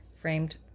framed